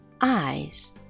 eyes